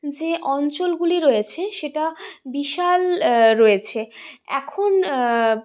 যে অঞ্চলগুলি রয়েছে সেটা বিশাল রয়েছে এখন